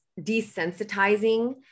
desensitizing